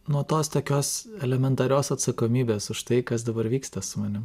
nu tos tokios elementarios atsakomybės už tai kas dabar vyksta su manim